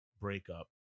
breakup